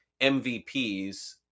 MVPs